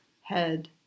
Head